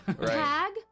Tag